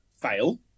fail